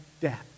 death